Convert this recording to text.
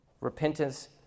Repentance